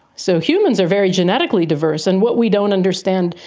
so humans are very genetically diverse. and what we don't understand,